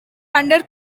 under